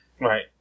Right